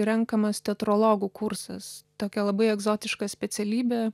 renkamas teatrologų kursas tokia labai egzotiška specialybė